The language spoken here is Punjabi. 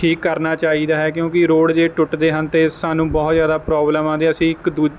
ਠੀਕ ਕਰਨਾ ਚਾਹੀਦਾ ਹੈ ਕਿਉਂਕਿ ਰੋਡ ਜੇ ਟੁੱਟਦੇ ਹਨ ਅਤੇ ਸਾਨੂੰ ਬਹੁਤ ਜ਼ਿਆਦਾ ਪ੍ਰੋਬਲਮ ਆਉਂਦੀ ਹੈ ਅਸੀਂ ਇੱਕ ਦੂ